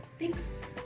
thanks!